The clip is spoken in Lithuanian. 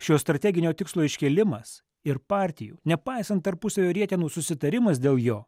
šio strateginio tikslo iškėlimas ir partijų nepaisant tarpusavio rietenų susitarimas dėl jo